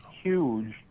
huge